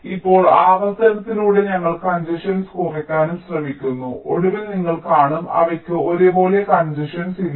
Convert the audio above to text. ഇപ്പോൾ ആവർത്തനത്തിലൂടെ ഞങ്ങൾ കൺജഷൻസ് കുറയ്ക്കാനും ശ്രമിക്കുന്നു ഒടുവിൽ നിങ്ങൾ കാണും അവയ്ക്ക് ഒരേപോലെ കൺജഷൻസ് ഇല്ല